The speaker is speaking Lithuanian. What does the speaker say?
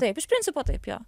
taip iš principo taip jo